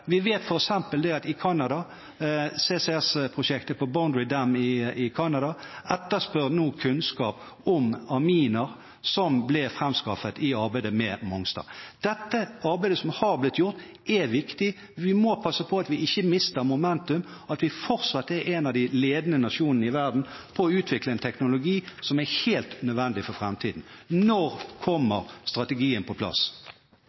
Vi vet f.eks. at man i forbindelse med CCS-prosjektet på Boundary Dam i Canada nå etterspør kunnskap om aminer som ble framskaffet i arbeidet med Mongstad. Dette arbeidet som har blitt gjort, er viktig. Vi må passe på at vi ikke mister momentum, og at vi fortsatt er en av de ledende nasjonene i verden på å utvikle en teknologi som er helt nødvendig for framtiden. Når kommer strategien på plass?